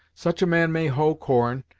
such a man may hoe corn,